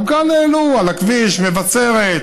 העלו כאו גם על הכביש למבשרת.